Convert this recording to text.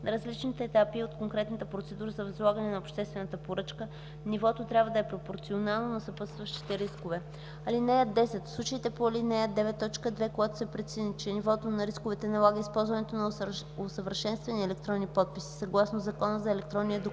на различните етапи от конкретната процедура за възлагане на обществена поръчка; нивото трябва да е пропорционално на съпътстващите рискове. (10) В случаите по ал. 9, т. 2, когато се прецени, че нивото на рисковете налага използването на усъвършенствани електронни подписи съгласно Закона за електронния документ